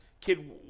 Kid